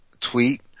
tweet